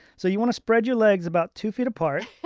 so you want to spread your legs about two feet apart,